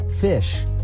fish